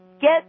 get